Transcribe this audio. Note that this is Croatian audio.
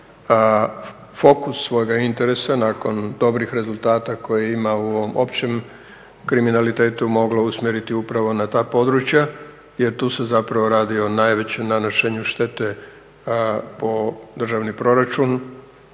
fokus svoga interesa nakon dobrih rezultata koje ima u općem kriminalitetu moglo usmjeriti upravo na ta područja jer tu se zapravo radi o najvećem nanošenju štete po državni proračun